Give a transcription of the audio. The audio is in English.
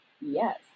Yes